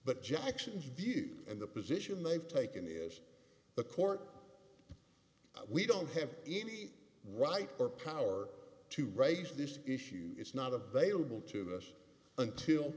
but jackson's view and the position they've taken in the court we don't have any right or power to raise this issue it's not a bailable to us until